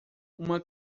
uma